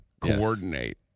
coordinate